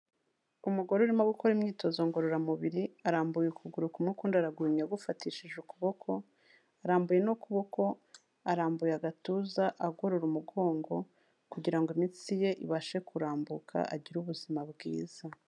Umugore urimo gukora imyitozo ngororamubiri arambuye ukuguru kumwe ukundi araguhinnye agufatishije ukuboko, arambuye n'ukuboko, arambuye agatuza agorora umugongo kugira ngo imitsi ye ibashe kurambuka agire ubuzima bwiza.